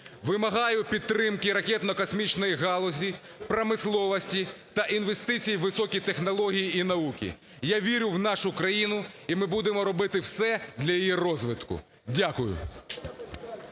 Вимагаю підтримки ракетно-космічної галузі, промисловості та інвестицій в високій технології і науки. Я вірю в нашу країну, і ми будемо робити все для її розвитку. Дякую.